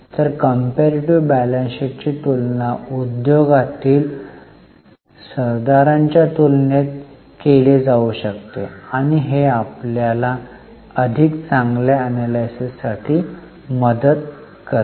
तर comparative balance sheet ची तुलना उद्योगातील सरदारांच्या तुलनेत केली जाऊ शकते आणि हे आपल्याला अधिक चांगल्या एनलायसिस साठी मदत करते